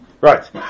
Right